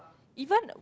even